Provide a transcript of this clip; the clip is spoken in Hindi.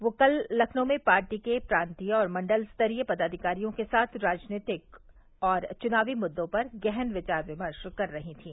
वह कल लखनऊ में पार्टी के प्रांतीय और मण्डल स्तरीय पदाधिकारियों के साथ राजनीतिक और चुनावी मुद्दों पर गहन विचार विमर्श कर रही थीं